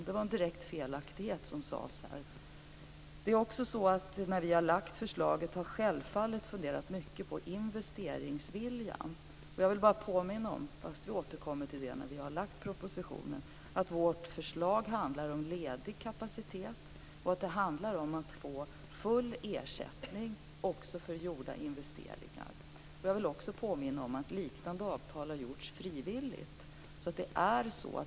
Det var en direkt felaktighet som sades. I samband med att vi har lagt fram förslaget har vi självfallet funderat mycket på investeringsviljan. Jag vill bara påminna om - och vi återkommer till det när propositionen har lagts fram - att vårt förslag handlar om ledig kapacitet och om att man ska få full ersättning också för gjorda investeringar. Jag vill också påminna om att liknande avtal har träffats frivilligt.